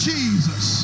Jesus